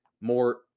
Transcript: more